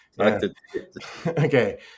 Okay